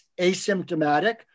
asymptomatic